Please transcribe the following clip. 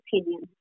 opinion